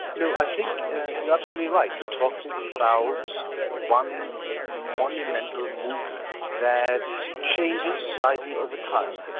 no i think you're absolutely right. we're talking about one monumental movement that changes slightly over time,